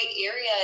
area